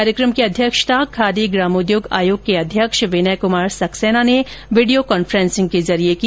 कार्यक्रम की अध्यक्षता खादी ग्रामोद्योग आयोग के अध्यक्ष विनय कुमार सक्सेना ने वीडियो कॉन्फ्रेंसिंग के जरिए की